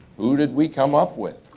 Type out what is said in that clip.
who did we come up with?